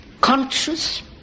conscious